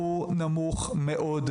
הוא נמוך מאוד.